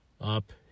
up